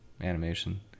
animation